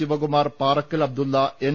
Shivakumar Parakkal Abdulla N